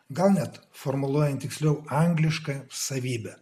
gal net formuluojant tiksliau angliška savybė